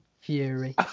Fury